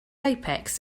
apex